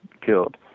killed